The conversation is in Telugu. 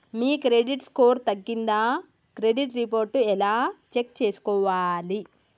మీ క్రెడిట్ స్కోర్ తగ్గిందా క్రెడిట్ రిపోర్ట్ ఎలా చెక్ చేసుకోవాలి?